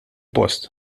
post